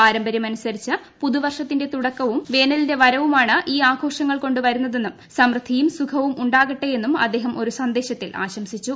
പാരമ്പര്യമനുസരിച്ച് പുതുവർഷത്തിന്റെ തുടക്കവും വേനലിന്റെ വരവും ആണ് ഈ ആഘോഷങ്ങൾ കൊണ്ടു വരുന്നതെന്നും സമൃദ്ധിയും സുഖവും ഉണ്ടാകട്ടെയെന്നും അദ്ദേഹം ഒരു സന്ദേശത്തിൽ ആശംസിച്ചു